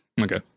Okay